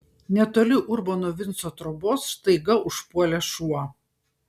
netoli urbono vinco trobos staiga užpuolė šuo